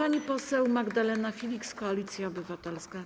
Pani poseł Magdalena Filiks, Koalicja Obywatelska.